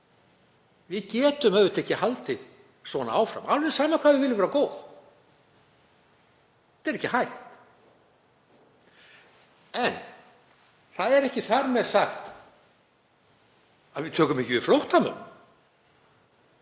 Við getum ekki haldið svona áfram, alveg sama hvað við viljum vera góð. Þetta er ekki hægt. En það er ekki þar með sagt að við tökum ekki við flóttamönnum.